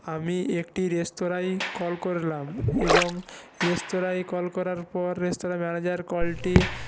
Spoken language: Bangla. আমি একটি রেস্তোরাঁয় কল করলাম এবং রেস্তোরাঁয় কল করার পর রেস্তোরাঁ ম্যানেজার কলটি